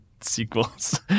sequels